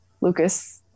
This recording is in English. Lucas